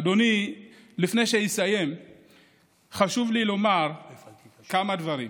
אדוני, לפני שאסיים חשוב לי לומר כמה דברים.